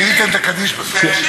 גפני, למי ניתן את הקדיש בסוף?